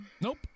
nope